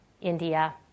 India